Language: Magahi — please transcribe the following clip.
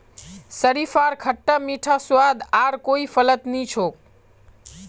शरीफार खट्टा मीठा स्वाद आर कोई फलत नी छोक